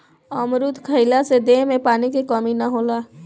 अमरुद खइला से देह में पानी के कमी ना होला